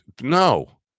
No